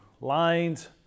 lines